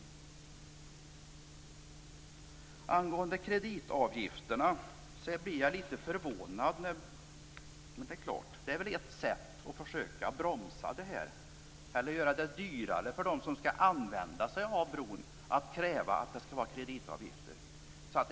Jag blir litet förvånad av det som sades angående kreditavgifterna. Men det är väl ett sätt att försöka bromsa eller göra det dyrare för dem som skall använda sig av bron att kräva att det skall vara kreditavgifter.